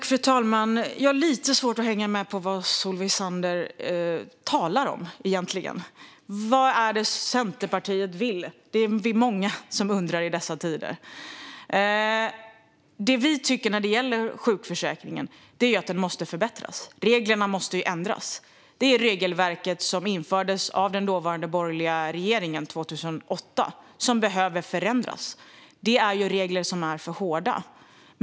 Fru talman! Jag har lite svårt att hänga med i vad Solveig Zander talar om. Vad är det Centerpartiet vill? Det är vi många som undrar i dessa tider. Sjukförsäkringen måste förbättras. Reglerna måste ändras. Det regelverk som infördes av den dåvarande borgerliga regeringen 2008 behöver förändras, för reglerna är för hårda.